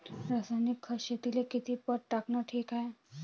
रासायनिक खत शेतीले किती पट टाकनं ठीक हाये?